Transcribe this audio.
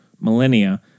millennia